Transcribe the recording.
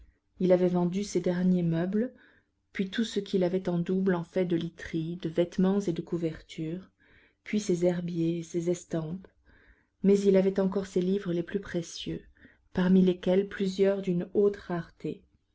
il avait vendu ses derniers meubles puis tout ce qu'il avait en double en fait de literie de vêtements et de couvertures puis ses herbiers et ses estampes mais il avait encore ses livres les plus précieux parmi lesquels plusieurs d'une haute rareté